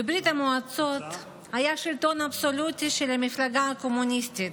בברית המועצות היה שלטון אבסולוטי של המפלגה הקומוניסטית.